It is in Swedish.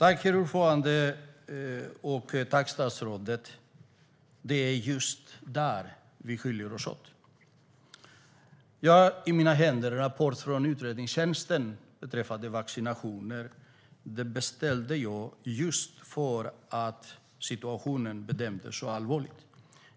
Herr talman! Jag tackar statsrådet, men det är just där vi skiljer oss åt. Jag har i mina händer en rapport från utredningstjänsten beträffande vaccinationer. Jag beställde denna rapport just för att situationen bedömdes som så allvarlig.